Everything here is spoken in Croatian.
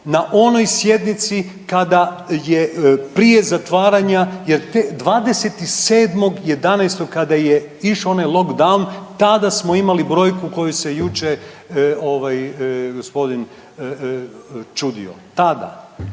na onoj sjednici kada je prije zatvaranja jer 27.11. kada je išao onaj lockdown tada smo imali brojku koju se jučer ovaj gospodin čudio. Tada.